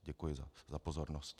Děkuji za pozornost.